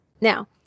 now